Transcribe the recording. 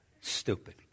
Stupid